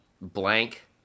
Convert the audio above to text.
blank